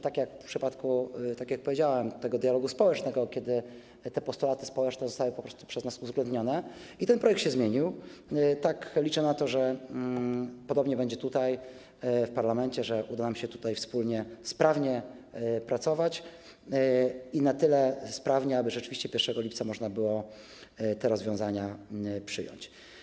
Tak jak w przypadku, jak powiedziałem, dialogu społecznego, kiedy te postulaty społeczne zostały przez nas uwzględnione i ten projekt się zmienił, tak liczę na to, że podobnie będzie w parlamencie, że uda nam się tutaj wspólnie, sprawnie pracować - na tyle sprawnie, aby rzeczywiście 1 lipca można było te rozwiązania przyjąć.